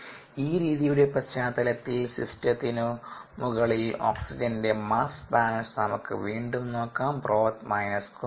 ഈ രീതിയുടെ പശ്ചാത്തലത്തിൽ സിസ്റ്റത്തിനു മുകളിൽ ഓക്സിജന്റെ മാസ് ബാലൻസ് നമുക്ക് വീണ്ടും നോക്കാം ബ്രോത്ത് മൈനസ് കുമിളകൾ